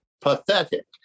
pathetic